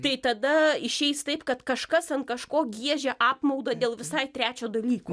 tai tada išeis taip kad kažkas ant kažko giežia apmaudą dėl visai trečio dalyko